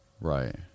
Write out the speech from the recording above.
Right